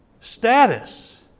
status